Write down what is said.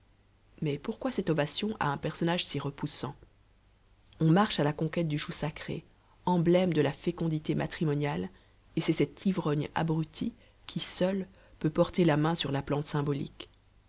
mais pourquoi cette ovation à un personnage si repoussant on marche à la conquête du chou sacré emblème de la fécondité matrimoniale et c'est cet ivrogne abruti qui seul peut porter la main sur la plante symbolique